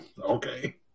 okay